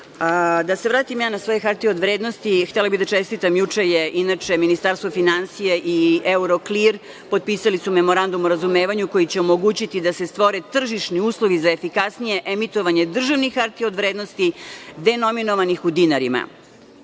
se vratim ja na svoje hartije od vrednosti. Htela bih da čestitam, juče su, inače, Ministarstvo finansija i "Euroclear" potpisali Memorandum o razumevanju koji će omogućiti da se stvore tržišni uslovi za efikasnije emitovanje državnih hartija od vrednosti, denominovanih u dinarima. Namera